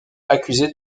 accusé